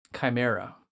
chimera